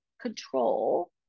control